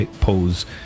pose